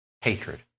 hatred